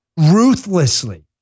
ruthlessly